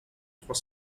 trois